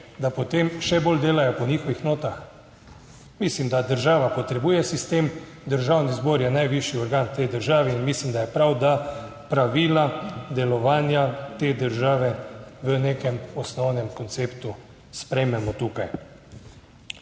da potem še bolj delajo po njihovih notah. Mislim, da država potrebuje sistem. Državni zbor je najvišji organ v tej državi in mislim, da je prav, da pravila delovanja te države v nekem osnovnem konceptu sprejmemo tukaj.